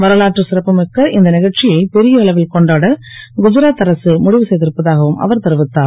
வரலாற்று சிறப்பு மிக்க இந்த க ச்சியை பெரிய அளவில் கொண்டாட குஜராத் அரசு முடிவு செ ருப்பதாகவும் அவர் தெரிவித்தார்